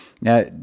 Now